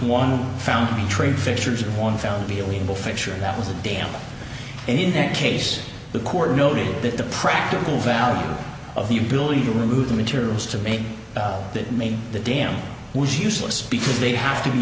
fiction that was a damn and in that case the court noted that the practical value of the ability to remove materials to make that made the dam was useless because they have to be